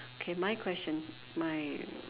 okay my question my